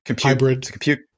Hybrid